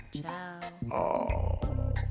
Ciao